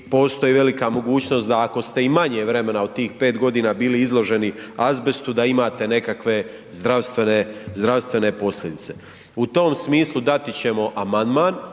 postoji velika mogućnost da ako te i manje vremena od 5 godina bili izloženi azbestu da imate nekakve zdravstvene posljedice. U tom smislu dati ćemo amandman,